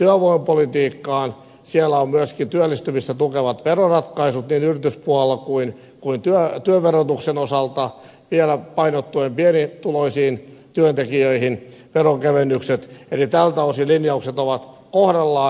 siellä on myöskin työllistämistä tukevat veroratkaisut niin yrityspuolella kuin työn verotuksen osalta ja vielä veronkevennykset painottuen pienituloisiin työntekijöihin eli tältä osin linjaukset ovat kohdallaan